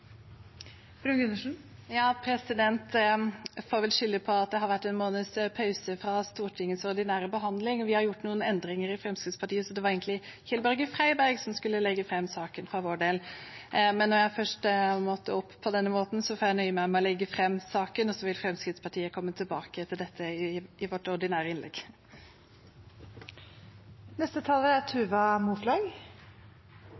3 minutter. Jeg får vel skylde på at det har vært en måneds pause fra Stortingets ordinære behandling. Vi har gjort noen endringer i Fremskrittspartiet, så det var egentlig Kjell-Børge Freiberg som skulle legge fram saken for vår del, men når jeg først måtte opp på denne måten, får jeg nøye meg med å legge fram saken, og så vil Fremskrittspartiet komme tilbake til dette i vårt ordinære innlegg. Dette er